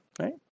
right